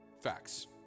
Facts